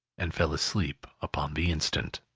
and fell asleep upon the instant.